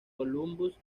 columbus